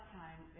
time